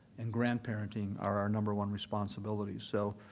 and grand-parenting, are our number one responsibilities. so,